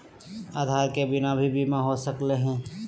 आधार के बिना भी बीमा हो सकले है?